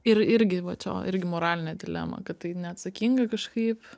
ir irgi va čia irgi moralinė dilema kad tai neatsakinga kažkaip